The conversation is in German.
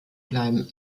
bleiben